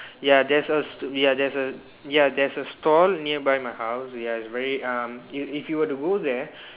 ya there's a ya there's a ya there's a stall nearby my house ya is very um if if you were to go there